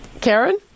Karen